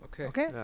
Okay